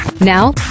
Now